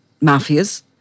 mafias